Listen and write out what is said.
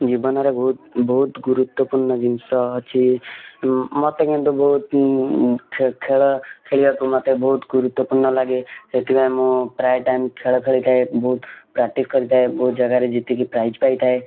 ଜୀବନରେ ବହୁତ ବହୁତ ଗୁରୁତ୍ୱପୂର୍ଣ୍ଣ ଜିନିଷ ଅଛି ମୋତେ କିନ୍ତୁ ବହୁତ ଖେଳ ଖେଳିବାକୁ ମୋତେ ବହୁତ ଗୁରୁତ୍ୱପୂର୍ଣ୍ଣ ଲାଗେ ସେଥିପାଇଁ ମୁଁ ପ୍ରାୟ ଟାଇମ୍ ଖେଳ ଖେଳିଥାଏ ବହୁତ ପ୍ରାକ୍ଟିସ୍ କରିଥାଏ ବହୁତ ଜାଗାରେ ଜିତିକି ପ୍ରାଇଜ୍ ପାଇଥାଏ